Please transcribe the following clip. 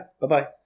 Bye-bye